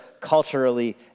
culturally